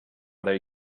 they